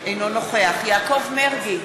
אינו נוכח יעקב מרגי,